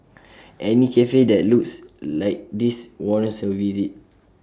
any Cafe that looks like this warrants A visit